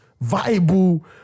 viable